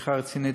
שיחה רצינית,